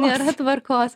nėra tvarkos